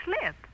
slip